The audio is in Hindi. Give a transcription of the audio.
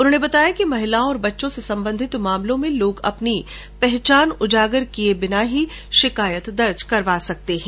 उन्होंने बताया कि महिलाओं और बच्चों से सम्बन्धित मामलों में लोग अपनी पहचान उजागर किए बिना ही शिकायत दर्ज करा सकते है